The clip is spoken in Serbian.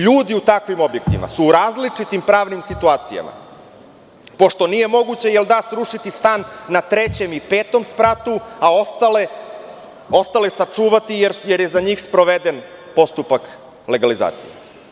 Ljudi u takvim objektima su u različitim pravnim situacijama pošto nije moguće srušiti stan na trećem i petom spratu, a ostale sačuvati jer je za njih sproveden postupak legalizacije.